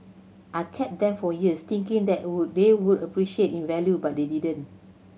I kept them for years thinking that would they would appreciate in value but they didn't